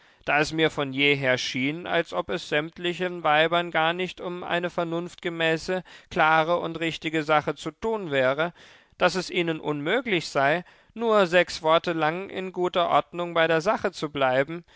da es mir von jeher schien als ob es sämtlichen weibern gar nicht um eine vernunftgemäße klare und richtige sache zu tun wäre daß es ihnen unmöglich sei nur sechs worte lang in guter ordnung bei der sache zu bleiben